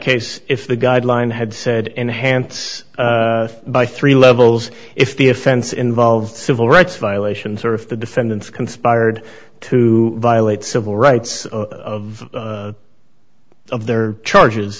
case if the guideline had said enhance by three levels if the offense involved civil rights violations or if the defendants conspired to violate civil rights of of their charges